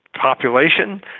population